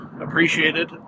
appreciated